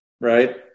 right